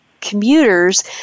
commuters